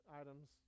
items